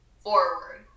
forward